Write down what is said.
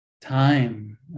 time